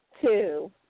two